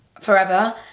forever